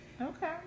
okay